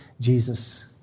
Jesus